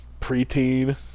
preteen